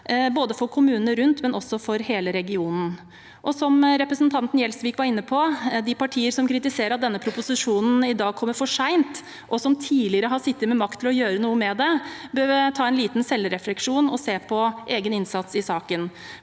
både for kommunene rundt og også for hele regionen. Som representanten Gjelsvik var inne på: De partiene som kritiserer at denne proposisjonen i dag kommer for sent, og som tidligere har sittet med makt til å gjøre noe med det, bør ha litt selvrefleksjon og se på egen innsats i saken.